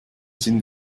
sind